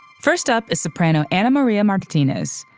first up is soprano anna maria martinez,